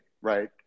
right